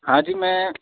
ہاں جی میں